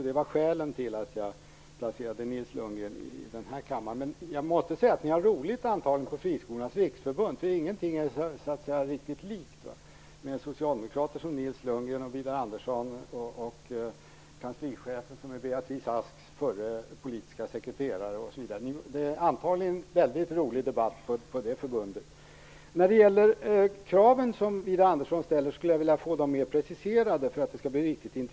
Det var skälen till att jag sade detta om Jag måste säga att ni antagligen har roligt på Friskolornas riksförbund, eftersom ingenting är sig riktigt likt med socialdemokrater som Nils Lundgren och Widar Andersson och med Beatrice Asks förre politiske sekreterare som kanslichef. Det är antagligen väldigt roliga debatter på det förbundet. Jag skulle vilja få Widar Anderssons krav litet mer preciserade för att det skall bli riktigt intressant.